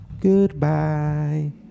Goodbye